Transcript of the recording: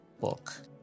book